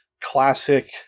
classic